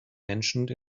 mentioned